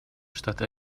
штаты